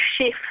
shift